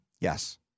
Yes